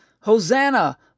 Hosanna